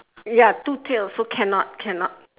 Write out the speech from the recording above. ya two tails so cannot cannot